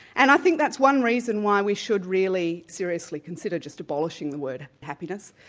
and i think that's one reason why we should really seriously consider just abolishing the word happiness.